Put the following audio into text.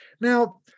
Now